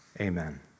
Amen